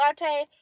latte